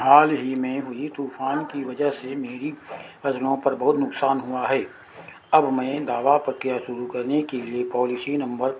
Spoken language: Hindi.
हाल में ही हुई तूफान की वजह से मेरी फसलों में बहुत नुक़सान हुआ है अब मैं दवा प्रक्रिया शुरू करने के लिए पॉलिसी नंबर